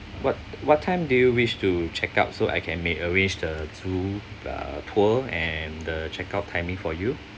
what what time do you wish to check out so I can make arrange zoo uh tour and the check out timing for you